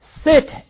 Sit